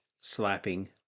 Slapping